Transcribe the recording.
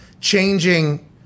changing